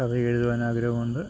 കഥയെഴുതുവാനാഗ്രഹമുണ്ട്